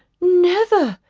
never!